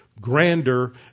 grander